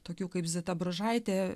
tokių kaip zita bružaitė